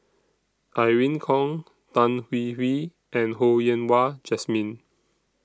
Irene Khong Tan Hwee Hwee and Ho Yen Wah Jesmine